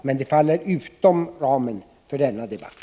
Men de faller utom ramen för denna debatt.